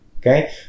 okay